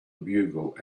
bugle